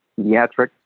pediatric